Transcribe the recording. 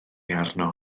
arno